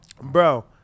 Bro